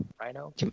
rhino